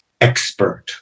expert